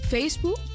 Facebook